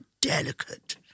delicate